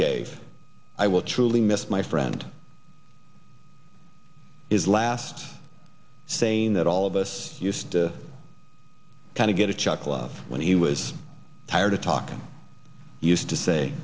gave i will truly miss my friend his last saying that all of us used to kind of get a chuckle out of when he was tired of talking used to say